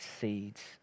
seeds